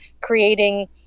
creating